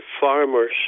farmers